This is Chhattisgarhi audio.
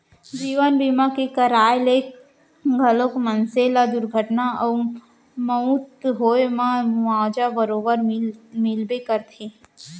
जीवन बीमा के कराय ले घलौक मनसे ल दुरघटना अउ मउत होए म मुवाजा बरोबर मिलबे करथे